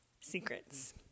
Secrets